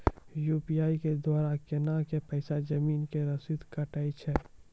UPI के द्वारा केना कऽ पैसा जमीन के रसीद कटैय छै?